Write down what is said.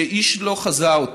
שאיש לא חזה אותו?